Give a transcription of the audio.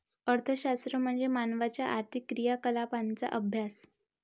अर्थशास्त्र म्हणजे मानवाच्या आर्थिक क्रियाकलापांचा अभ्यास